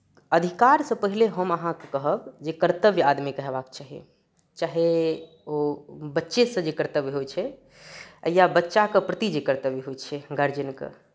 अधिकारसँ पहिने हम अहाँकेँ कहब जे कर्तव्य आदमीके हेबाक चाही चाहे ओ बच्चेसँ जे कर्तव्य होइ छै या बच्चाके प्रति जे कर्तव्य होइ छै गार्जियनके